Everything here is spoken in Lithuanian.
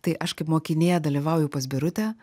tai aš kaip mokinė dalyvauju pas birutę